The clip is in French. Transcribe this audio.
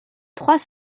trois